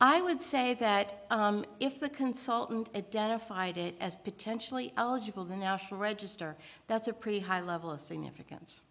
i would say that if the consultant identified it as potentially eligible the national register that's a pretty high level of significance